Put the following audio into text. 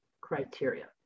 criteria